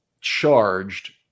charged